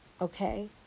Okay